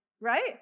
right